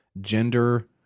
gender